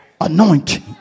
anointing